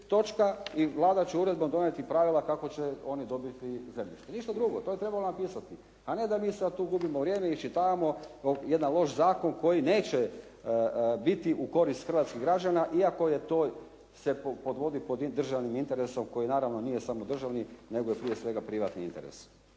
točka i Vlada će uredbom donijeti pravila kao će oni dobiti zemljište. Ništa drugo. To je trebalo napisati, a ne da mi sada tu gubimo vrijeme i iščitavamo jedan loš zakon koji neće biti u korist hrvatskih građana iako je to se podvodi pod državnim interesom, koji naravno nije samo državni, nego je prije svega privatni interes.